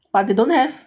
but they don't have